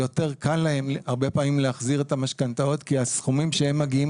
יותר קל להם הרבה פעמים להחזיר את המשכנתאות כי הסכומים שהם מגיעים